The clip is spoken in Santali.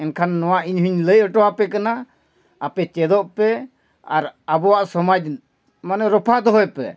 ᱮᱱᱠᱷᱟᱱ ᱱᱚᱣᱟ ᱤᱧ ᱦᱚᱧ ᱞᱟᱹᱭ ᱚᱴᱚ ᱟᱯᱮ ᱠᱟᱱᱟ ᱟᱯᱮ ᱪᱮᱫᱚᱜ ᱯᱮ ᱟᱨ ᱟᱵᱚᱣᱟᱜ ᱥᱚᱢᱟᱡᱽ ᱢᱟᱱᱮ ᱨᱚᱯᱷᱟ ᱫᱚᱦᱚᱭ ᱯᱮ